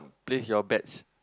place your bets